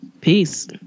Peace